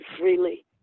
freely